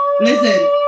listen